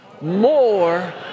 more